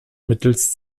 mittels